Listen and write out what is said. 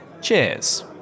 cheers